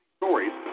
stories